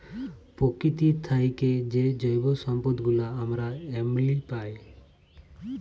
পকিতি থ্যাইকে যে জৈব সম্পদ গুলা আমরা এমলি পায়